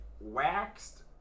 waxed